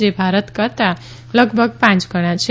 જે ભારત કરતાં લગભગ પાંચ ગણા છે